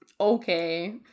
okay